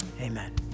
amen